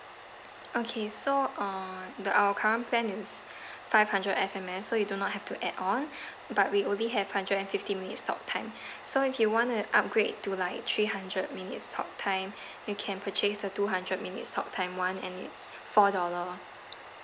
okay so uh the our current plan is five hundred S_M_S so you do not have to add on but we only have hundred and fifty minutes talk time so if you want to upgrade to like three hundred minutes talk time you can purchase the two hundred minutes talk time one and it's four dollar